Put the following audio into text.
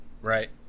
right